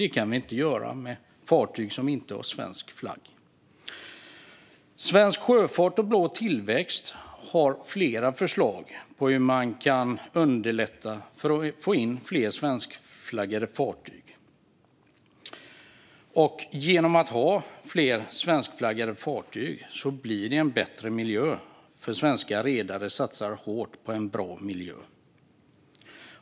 Det kan vi inte göra med fartyg som inte har svensk flagg. Svensk Sjöfart och strategin Blå tillväxt har flera förslag på hur man kan underlätta för att få fler svenskflaggade fartyg. Genom fler svenskflaggade fartyg blir det en bättre miljö, eftersom svenska redare satsar stort på en bra miljö.